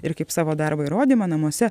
ir kaip savo darbo įrodymą namuose